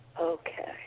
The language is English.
Okay